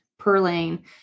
Perlane